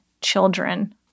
children